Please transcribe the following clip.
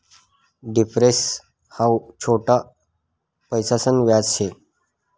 difference हाऊ छोट पैसासन व्याज शे